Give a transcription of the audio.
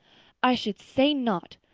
i should say not.